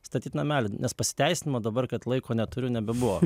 statyt namelį nes pasiteisinimo dabar kad laiko neturiu nebebuvo